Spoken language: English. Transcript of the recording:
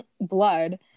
Blood